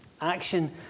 Action